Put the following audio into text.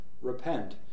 Repent